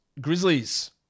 Grizzlies